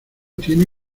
tiene